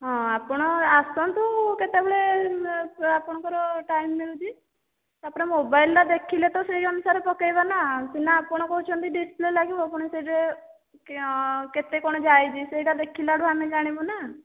ହଁ ଆପଣ ଆସନ୍ତୁ କେତେବେଳେ ଆପଣଙ୍କର ଟାଇମ ମିଳୁଛି ତାପରେ ମୋବାଇଲ ଟା ଦେଖିଲେ ତ ସେଇ ଅନୁସାରେ ପକାଇବାନା ନା ଆପଣ କହୁଛନ୍ତି ଡିସପ୍ଲେ ଲାଗିବ ପୁଣି ସେ ଯେ କେତେ କ'ଣ ଯାଇଛି ସେଇଟା ଦେଖିଲାରୁ ଆମେ ଜାଣିବୁ ନା